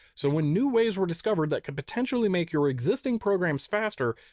so when new ways were discovered that could potentially make your existing programs faster,